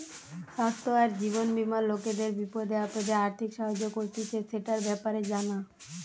স্বাস্থ্য আর জীবন বীমা লোকদের বিপদে আপদে আর্থিক সাহায্য করতিছে, সেটার ব্যাপারে জানা